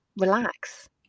relax